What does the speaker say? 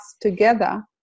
together